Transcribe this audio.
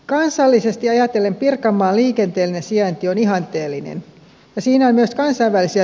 kansallisesti ajatellen pirkanmaan liikenteellinen sijainti on ihanteellinen ja siinä myös kansainvälisiä